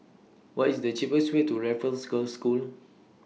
What IS The cheapest Way to Raffles Girls' School